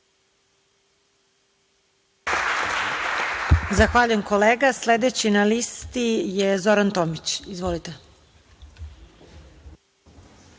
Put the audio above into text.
Zahvaljujem kolega. Sledeći na listi je Zoran Tomić. Izvolite.